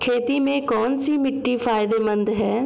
खेती में कौनसी मिट्टी फायदेमंद है?